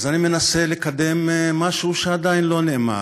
אז אני מנסה לקדם משהו שעדיין לא נאמר,